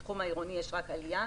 בתחום העירוני יש רק עלייה,